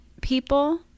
people